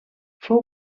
fou